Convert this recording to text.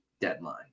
deadline